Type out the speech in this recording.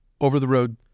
over-the-road